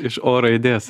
iš o raidės